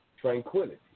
tranquility